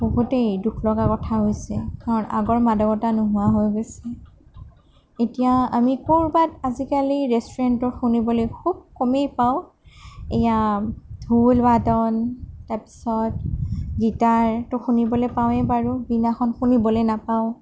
বহুতেই দুখলগা কথা হৈছে কাৰণ আগৰ মাদকতা নোহোৱা হৈ গৈছে এতিয়া আমি ক'ৰবাত আজিকালি ৰেষ্টোৰেণ্টত শুনিবলৈ খুবে কমেই পাওঁ এয়া ঢোলবাদন তাৰ পিছত গীটাৰটো শুনিবলৈ পাওঁৱে বাৰু বীণাখন শুনিবলৈ নাপাওঁ